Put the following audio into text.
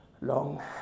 long